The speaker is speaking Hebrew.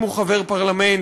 אם הוא חבר פרלמנט,